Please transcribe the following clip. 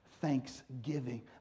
thanksgiving